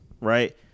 right